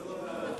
ולא בוועדות,